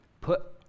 Put